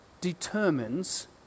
determines